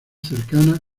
cercana